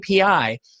API